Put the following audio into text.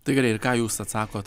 tai gerai ir ką jūs atsakot